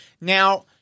Now